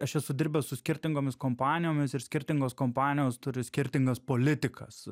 aš esu dirbęs su skirtingomis kompanijomis ir skirtingos kompanijos turi skirtingas politikas